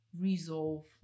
resolve